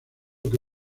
que